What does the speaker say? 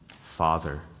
father